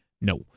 No